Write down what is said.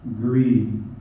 greed